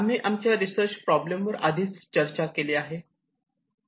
आम्ही आमच्या research problem वर आधीच चर्चा केली आहे